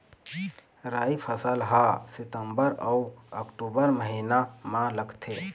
राई फसल हा सितंबर अऊ अक्टूबर महीना मा लगथे